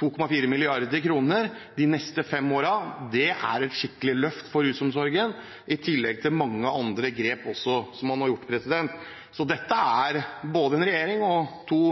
2,4 mrd. kr de neste fem årene. Det er et skikkelig løft for rusomsorgen, i tillegg til mange andre grep man også har gjort. Så dette er en regjering, to